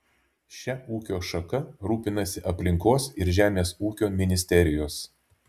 šia ūkio šaka rūpinasi aplinkos ir žemės ūkio ministerijos